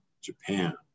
Japan